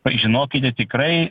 žinokite tikrai